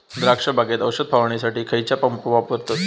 द्राक्ष बागेत औषध फवारणीसाठी खैयचो पंप वापरतत?